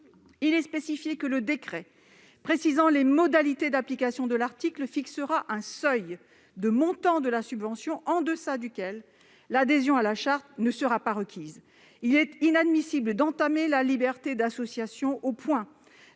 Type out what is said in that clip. il est spécifié que le décret précisant les modalités d'application de l'article fixera un seuil de montant de la subvention en deçà duquel l'adhésion à la charte ne sera pas requise. Il est inadmissible d'entamer la liberté d'association au point